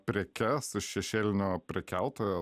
prekes iš šešėlinio prekiautojo